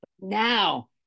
Now